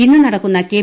ഇന്ന് നടക്കുന്ന കെ